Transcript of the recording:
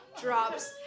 Drops